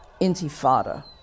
intifada